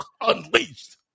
unleashed